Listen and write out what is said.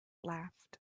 laughed